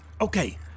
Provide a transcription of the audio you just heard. Okay